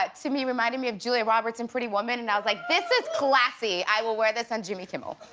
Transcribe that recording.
but to me, reminded me of julia roberts in pretty woman, and i was like, this is classy. i will wear this on jimmy kimmel.